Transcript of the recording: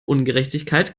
ungerechtigkeit